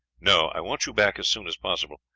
no i want you back as soon as possible.